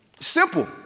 Simple